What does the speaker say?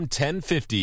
1050